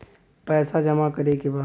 पैसा जमा करे के बा?